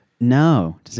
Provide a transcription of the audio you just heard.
No